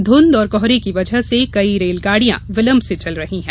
धुंध और कोहरे की वजह से कई रेलगाड़ियां विलंब से चल रही है